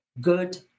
good